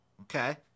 Okay